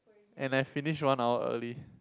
and I finish one hour early